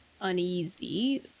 uneasy